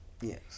yes